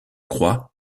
croit